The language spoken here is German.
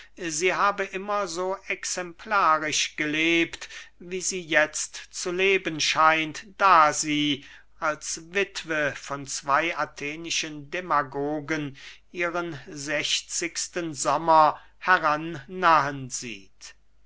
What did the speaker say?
sie habe immer so exemplarisch gelebt wie sie jetzt zu leben scheint da sie als wittwe von zwey athenischen demagogen ihren sechzigsten sommer heran nahen sieht